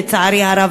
לצערי הרב,